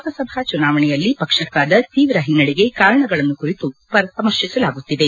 ಲೋಕಸಭಾ ಚುನಾವಣೆಯಲ್ಲಿ ಪಕ್ಷಕಾದ ತೀವ್ರ ಹಿನ್ನಡೆಗೆ ಕಾರಣಗಳನ್ನು ಕುರಿತು ಪರಾಮರ್ಶಿಸಲಾಗುತ್ತಿದೆ